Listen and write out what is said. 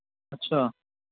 اچھا